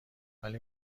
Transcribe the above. ولی